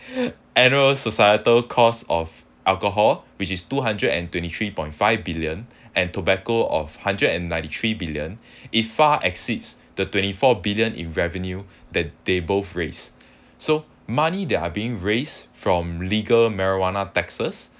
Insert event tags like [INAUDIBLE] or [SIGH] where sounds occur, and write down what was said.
[LAUGHS] annual societal cost of alcohol which is two hundred and twenty three point five billion and tobacco of hundred and ninety three billion it far exceeds the twenty four billion in revenue that they both raise so money there are being raised from legal marijuana taxes